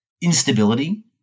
instability